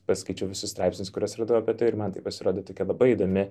paskaičiau visus straipsnius kuriuos radau apie tai ir man tai pasirodė tokia labai įdomi